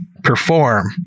perform